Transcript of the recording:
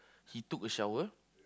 he took a shower